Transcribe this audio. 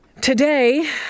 Today